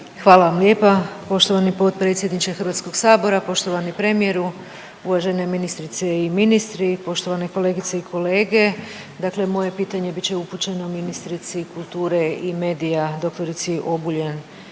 Hvala vam lijepa. Poštovani potpredsjedniče Hrvatskog sabora, poštovani premijeru, uvažene ministrice i ministri, poštovane kolegice i kolege, dakle moje pitanje bit će upućeno ministrici kulture i mediji dr. Obuljen